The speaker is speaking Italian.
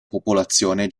popolazione